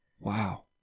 Wow